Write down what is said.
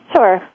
Sure